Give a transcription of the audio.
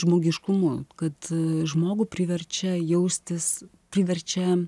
žmogiškumu kad žmogų priverčia jaustis priverčia